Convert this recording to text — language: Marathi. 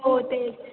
हो तेच